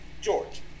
George